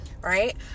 right